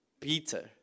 Peter